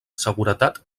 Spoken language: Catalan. seguretat